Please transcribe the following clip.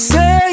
Say